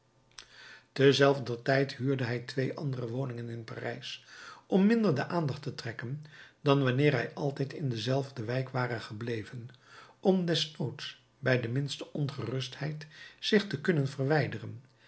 tezelfder tijd huurde hij twee andere woningen in parijs om minder de aandacht te trekken dan wanneer hij altijd in dezelfde wijk ware gebleven om desnoods bij de minste ongerustheid zich te kunnen verwijderen